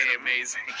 amazing